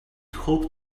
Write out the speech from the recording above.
hoped